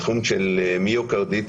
בתחום של מיוקרדיטיס,